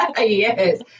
Yes